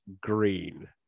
green